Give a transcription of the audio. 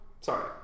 sorry